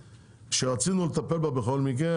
שרצינו לטפל בכל מקרה,